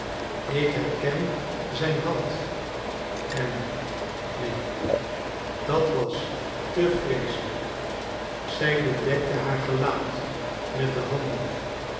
ik herken zijn hand en neen dat was te vreeselijk zij bedekte haar gelaat met de handen